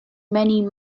many